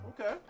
Okay